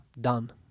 done